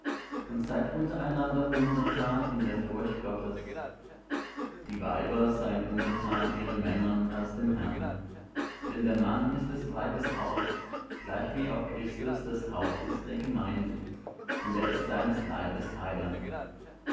und seid untereinander untertan in der furcht gottes die weiber seien untertan ihren männern als dem herrn denn der mann ist des weibes haupt gleichwie auch christus das haupt ist der gemeinde und er ist seines leibes heiland